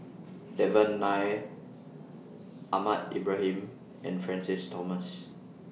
Devan Nair Ahmad Ibrahim and Francis Thomas